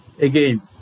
again